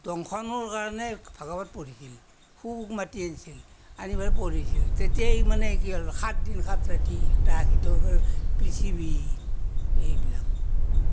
দংশনৰ কাৰণে ভাগৱত পঢ়িছিল মাতি আনিছিল আনি পেলাই পঢ়িছিল তেতিয়াই মানে কি হ'ল সাত দিন সাত ৰাতি সেইটো হ'ল পৃথিৱী এইবিলাক